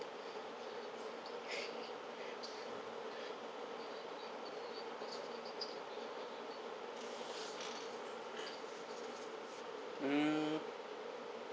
mm